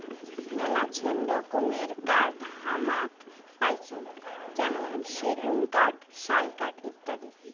মেলাছেন রকমের কাঠ হামাক পাইচুঙ যেমন সেগুন কাঠ, শাল কাঠ ইত্যাদি